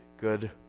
good